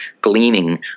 gleaning